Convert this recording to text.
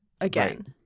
again